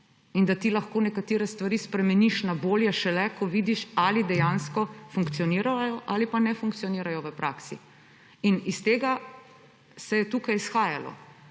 in da ti lahko nekatere stvari spremeniš na bolje šele, ko vidiš, ali dejansko funkcionirajo ali pa ne funkcionirajo v praksi. In iz tega se je tukaj izhajalo,